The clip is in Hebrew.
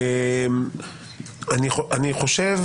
אני חושב